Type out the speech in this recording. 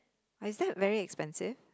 but is that very expensive